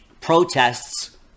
protests